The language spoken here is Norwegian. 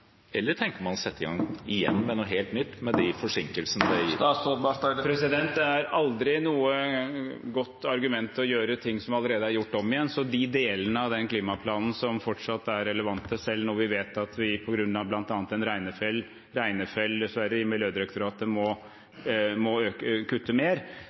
eller tenker man å sette i gang igjen med noe helt nytt, med de forsinkelsene det gir? Det er aldri noe godt argument å gjøre ting som allerede er gjort, om igjen, så deler av den klimaplanen er fortsatt relevant, selv når vi vet at vi på grunn av bl.a. en regnefeil – dessverre – i Miljødirektoratet må kutte mer.